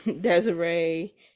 Desiree